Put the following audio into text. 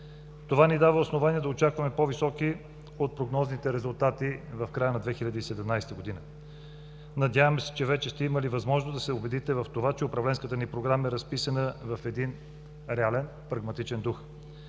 Това ни дава основание да очакваме по-високи от прогнозните резултати в края на 2017 г. Надяваме се, че вече сте имали възможност да се убедите в това, че управленската ни програма е разписана в един реален, прагматичен дух.